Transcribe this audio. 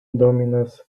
dominas